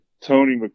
Tony